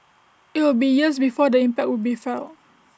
IT will be years before the impact will be felt